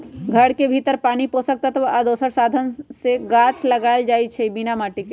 घर के भीतर पानी पोषक तत्व आ दोसर साधन से गाछ लगाएल जाइ छइ बिना माटिके